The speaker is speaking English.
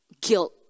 guilt